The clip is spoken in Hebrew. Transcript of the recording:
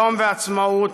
שלום ועצמאות,